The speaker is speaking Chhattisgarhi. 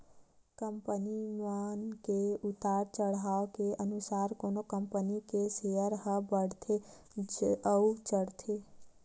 कंपनी मन के उतार चड़हाव के अनुसार कोनो कंपनी के सेयर ह बड़थे अउ चढ़थे